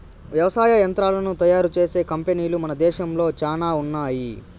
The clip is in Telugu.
వ్యవసాయ యంత్రాలను తయారు చేసే కంపెనీలు మన దేశంలో చానా ఉన్నాయి